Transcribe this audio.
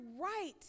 right